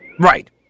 Right